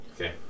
Okay